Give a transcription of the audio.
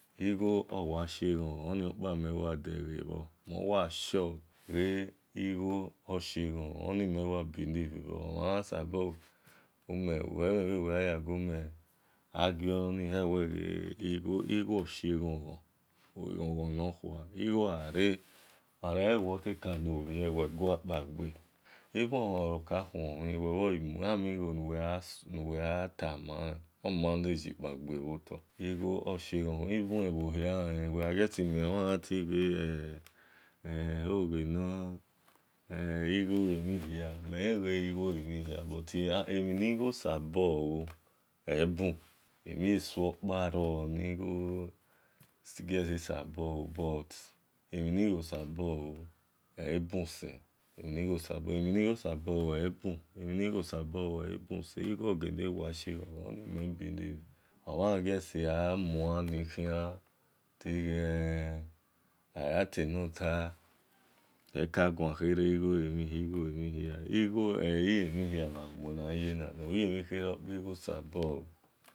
Igho-owa ghie eghon-ghon oniokpan ane-wa degha bhor mowagu sure ghe-igho oshie eghon-ghon uni mewa believe uwi-mhe bhe nuwo yare sabo argue oni her igho ghare ogha yi uwe ote kevnobhie ogua kpa-egbe even omhan nokakhuon mhia, omhen igho nu wekhra tamalen or manage kpa bhotos igho oshioghon-ghon awe ghamie ehbo esonia owi ohogha no igho elemhia, melelen we igho elemhin hia buti emtinoni igho sabo lu ebu buti eni igho sabo lu, ole buse igho gele wa shie oghon-ghon mu believe, omhan just amuan oni we igho oje emhin hia, obhie athin khere igho sabolu.